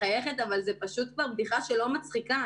שאנחנו חושבים שזה צריך להיות תחת משרד החינוך,